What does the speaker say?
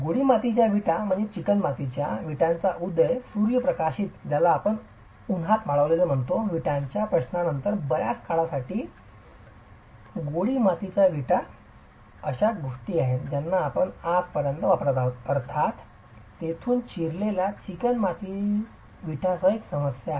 गोळी मातीच्या विटा चिकणमातीच्या विटांचा उदय सूर्यप्रकाशित उन्हात वाळविलेले विटांच्या प्रचारानंतर बर्याच काळासाठी गोळी मातीच्या विटा अशा गोष्टी आहेत ज्या आपण आजपर्यंत वापरत आहोत अर्थात तेथून चिरलेला चिकणमाती विटासह एक समस्या आहे